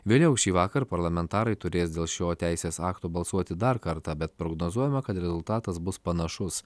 vėliau šįvakar parlamentarai turės dėl šio teisės akto balsuoti dar kartą bet prognozuojama kad rezultatas bus panašus